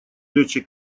летчик